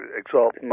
exalt